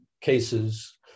cases